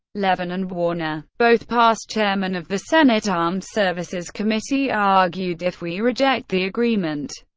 levin and warner, both past chairmen of the senate armed services committee, argued, if we reject the agreement,